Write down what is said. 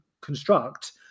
construct